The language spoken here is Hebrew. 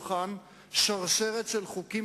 הרשות המחוקקת,